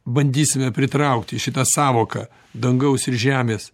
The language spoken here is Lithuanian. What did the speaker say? bandysime pritraukti šitą sąvoką dangaus ir žemės